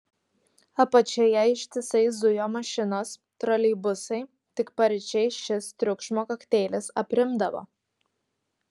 apačioje ištisai zujo mašinos troleibusai tik paryčiais šis triukšmo kokteilis aprimdavo